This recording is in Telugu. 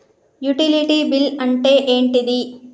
యుటిలిటీ బిల్ అంటే ఏంటిది?